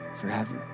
forever